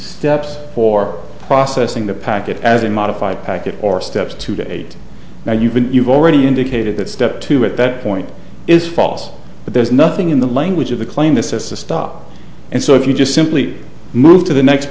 steps for processing the packet as unmodified packet or steps to date now you've been you've already indicated that step two at that point is false but there's nothing in the language of the claim this is to stop and so if you just simply move to the next